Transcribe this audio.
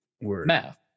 Math